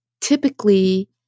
typically